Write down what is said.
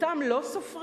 אותם לא סופרים?